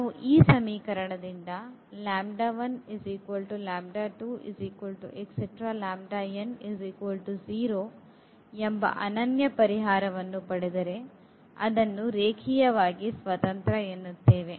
ನಾವು ಈ ಸಮೀಕರಣದಿಂದ ಎಂಬ ಅನನ್ಯ ಪರಿಹಾರಗಳನ್ನು ಪಡೆದರೆ ಅದನ್ನು ರೇಖೀಯವಾಗಿ ಸ್ವತಂತ್ರ ಎನ್ನುತ್ತೇವೆ